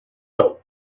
soul